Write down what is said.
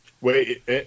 Wait